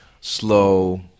slow